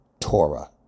Torah